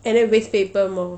and then waste paper more